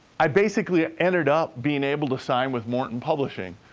i basically ended up being able to sign with morton publishing,